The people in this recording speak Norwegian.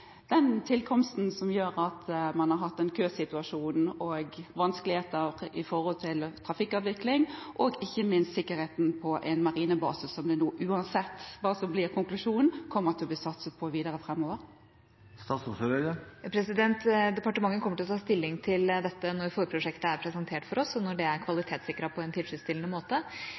ikke minst om sikkerheten på en marinebase som det uansett hva som kommer til å bli konklusjonen, kommer til å bli satset videre på framover. Departementet kommer til å ta stilling til dette når forprosjektet er presentert for oss, og når det er kvalitetssikret på en tilfredsstillende måte.